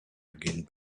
again